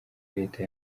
leta